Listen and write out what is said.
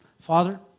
Father